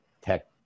tech